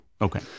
Okay